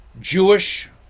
Jewish